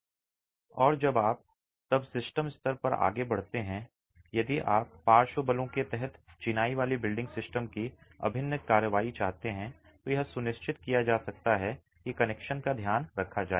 और जब आप तब सिस्टम स्तर पर आगे बढ़ते हैं यदि आप पार्श्व बलों के तहत चिनाई वाली बिल्डिंग सिस्टम की अभिन्न कार्रवाई चाहते हैं तो यह सुनिश्चित किया जा सकता है कि कनेक्शन का ध्यान रखा जाए